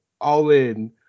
all-in